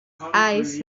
eyes